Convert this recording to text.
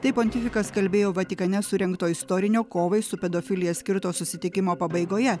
taip pontifikas kalbėjo vatikane surengto istorinio kovai su pedofilija skirto susitikimo pabaigoje